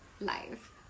live